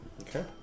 Okay